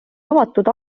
avatud